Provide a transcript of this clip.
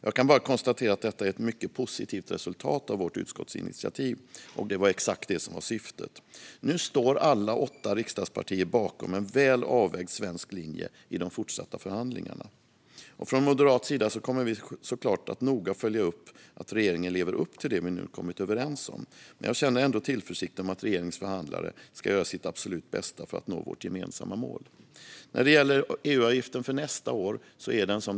Jag kan bara konstatera att det är ett mycket positivt resultat av vårt utskottsinitiativ. Det var exakt det som var syftet. Nu står alla åtta riksdagspartier bakom en väl avvägd svensk linje i de fortsatta förhandlingarna. Från moderat sida kommer vi såklart att noga följa upp att regeringen lever upp till det vi nu har kommit överens om. Men jag känner tillförsikt när det gäller att regeringens förhandlare ska göra sitt absolut bästa för att nå vårt gemensamma mål. EU-avgiften för nästa år är vad den är.